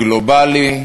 גלובלי,